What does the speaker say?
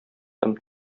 һәм